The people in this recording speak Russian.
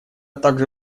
также